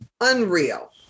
unreal